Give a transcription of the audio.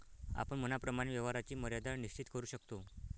आपण मनाप्रमाणे व्यवहाराची मर्यादा निश्चित करू शकतो